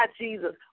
Jesus